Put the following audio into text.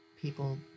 people